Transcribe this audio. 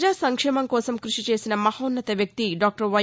ప్రపజా సంక్షేమం కోసం క్బషి చేసిన మహోన్నత వ్యక్తి డాక్టర్ వై